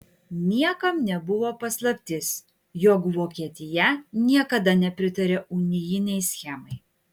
niekam nebuvo paslaptis jog vokietija niekada nepritarė unijinei schemai